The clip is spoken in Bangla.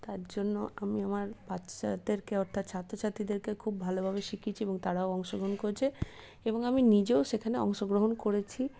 তার জন্য আমি আমার বাচ্চাদেরকে অর্থাৎ ছাত্রছাত্রীদেরকে খুব ভালোভাবে শিখিয়েছি এবং তারাও অংশগ্রহণ করছে এবং আমি নিজেও সেখানে অংশগ্রহণ করেছি